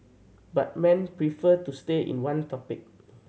but men prefer to stay in one topic